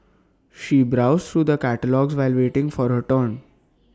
she browsed through the catalogues while waiting for her turn